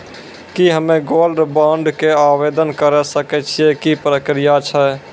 की हम्मय gold bond के आवदेन करे सकय छियै, की प्रक्रिया छै?